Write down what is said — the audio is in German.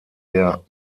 der